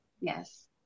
yes